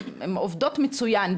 הן עובדות מצוין,